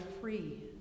free